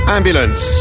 Ambulance